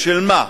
בשביל מה?